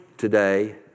Today